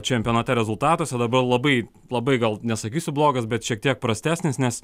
čempionate rezultatuose dabar labai labai gal nesakysiu blogas bet šiek tiek prastesnis nes